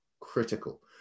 critical